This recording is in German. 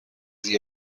sie